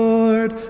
Lord